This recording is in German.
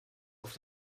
auf